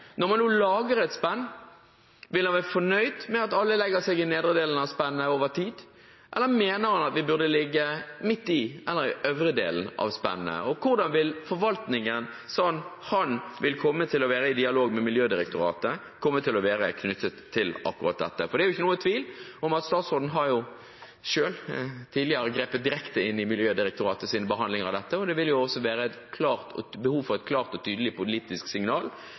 Når man nå lager et spenn, vil han være fornøyd med at alle legger seg i den nedre delen av spennet over tid, eller mener han at vi burde ligge midt i eller i den øvre delen av spennet? Og hvordan vil forvaltningen – han vil komme til å være i dialog med Miljødirektoratet – komme til å være knyttet til akkurat dette? For det er jo ikke noen tvil om at statsråden selv tidligere har grepet direkte inn i Miljødirektoratets behandling av dette. Det vil også være behov for et klart og tydelig politisk signal